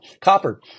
Copper